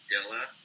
Dilla